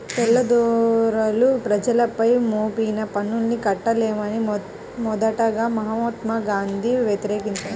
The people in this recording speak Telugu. తెల్లదొరలు ప్రజలపై మోపిన పన్నుల్ని కట్టలేమని మొదటగా మహాత్మా గాంధీ వ్యతిరేకించారు